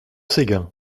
séguin